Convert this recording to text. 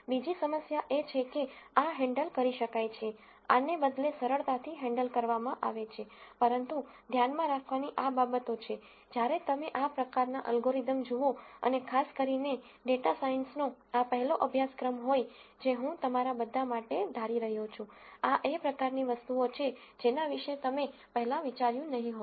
બીજી સમસ્યા એ છે કે આ આ હેન્ડલ કરી શકાય છે આને બદલે સરળતાથી હેન્ડલ કરવામાં આવે છે પરંતુ ધ્યાનમાં રાખવાની આ બાબતો છે જ્યારે તમે આ પ્રકારના અલ્ગોરિધમ જુઓ અને ખાસ કરીને ડેટા સાયન્સનો આ પહેલો અભ્યાસક્રમ હોય જે હું તમારા બધા માટે ધારી રહ્યો છું આ એ પ્રકારની વસ્તુઓ છે જેના વિશે તમે પહેલાં વિચાર્યું નહિ હોય